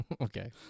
Okay